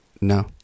No